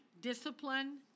discipline